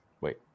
Wait